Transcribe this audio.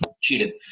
cheated